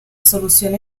solución